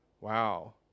Wow